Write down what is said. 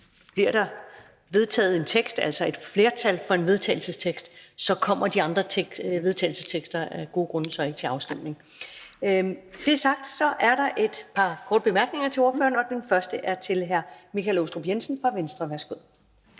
bliver der vedtaget en vedtagelsestekst, altså hvis der er et flertal for en vedtagelsestekst, kommer de andre vedtagelsestekster af gode grunde så ikke til afstemning. Med det sagt er der et par korte bemærkninger til ordføreren, og den første er fra hr. Michael Aastrup Jensen fra Venstre. Værsgo.